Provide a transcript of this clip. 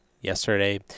yesterday